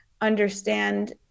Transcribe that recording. understand